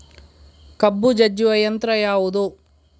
ಕಬ್ಬು ಜಜ್ಜುವ ಯಂತ್ರ ಯಾವುದು?